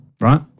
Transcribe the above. right